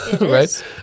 right